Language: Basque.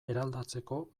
eraldatzeko